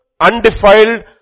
undefiled